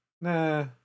nah